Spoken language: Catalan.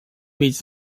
mig